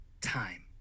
time